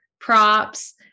props